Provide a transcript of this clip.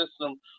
system